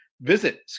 Visit